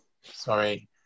Sorry